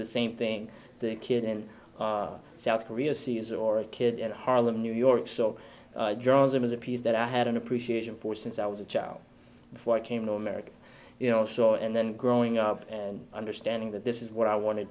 the same thing the kid in south korea sees or a kid in harlem new york so journalism is a piece that i had an appreciation for since i was a child before i came to america you know so and then growing up and understanding that this is what i want to